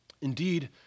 Indeed